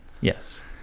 yes